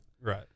Right